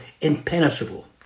impenetrable